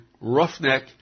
roughneck